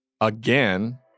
Again